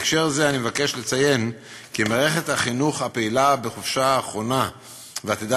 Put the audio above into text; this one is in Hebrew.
בהקשר זה אני מבקש לציין כי מערכת החינוך הפעילה בחופשה האחרונה ועתידה